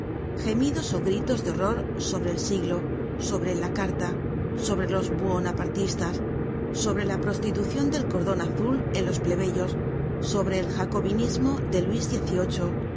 gemidos ó gritos de horror sobre el siglo sobre la carta sobre los buonapartistas sobre la prostitucion del cordon azulen los plebeyos sobre el jacobinismo de luis